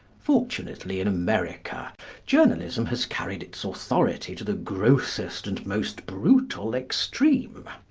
fortunately in america journalism has carried its authority to the grossest and most brutal extreme.